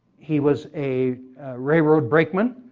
he was a railroad brakeman,